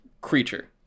Creature